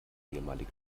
ehemalige